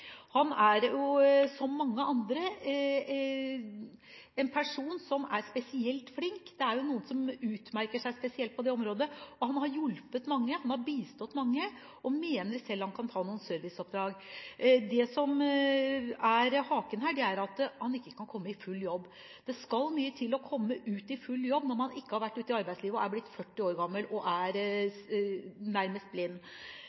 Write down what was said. Han er, som mange andre, en person som er spesielt flink – det er jo noen som utmerker seg spesielt på det området. Han har hjulpet mange, han har bistått mange og mener selv han kan ta noen serviceoppdrag. Haken er at han ikke kan komme i full jobb. Det skal mye til å komme i full jobb når man ikke har vært ute i arbeidslivet, er blitt 40 år gammel og er